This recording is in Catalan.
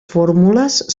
fórmules